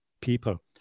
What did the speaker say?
people